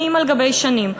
שנים על גבי שנים,